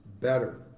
better